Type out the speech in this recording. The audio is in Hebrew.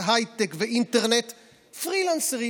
הייטק ואינטרנט פרילנסרים.